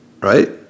right